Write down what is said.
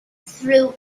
through